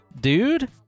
dude